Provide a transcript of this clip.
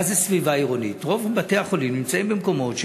וזאת מתוך התחשבות בעובדה כי בתי-החולים נמצאים בסביבה עירונית,